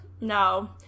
No